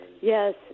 Yes